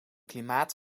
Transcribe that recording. klimaat